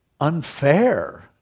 unfair